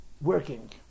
working